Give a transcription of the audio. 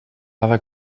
cada